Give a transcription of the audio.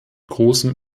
großem